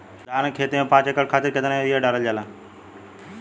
धान क खेती में पांच एकड़ खातिर कितना यूरिया डालल जाला?